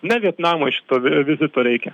ne vietnamo išstovėjo vidu bareikiu